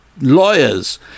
lawyers